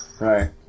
Right